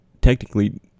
technically